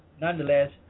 nonetheless